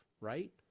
Right